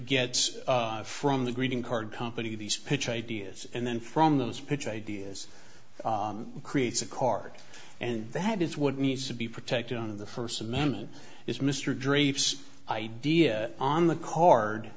gets from the greeting card company these pitch ideas and then from those pitch ideas creates a card and that is what needs to be protected on the first amendment is mr dreyfuss idea on the card